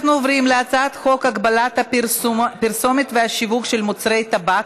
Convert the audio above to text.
אנחנו עוברים להצעת חוק הגבלת הפרסומת והשיווק של מוצרי טבק